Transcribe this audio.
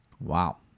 Wow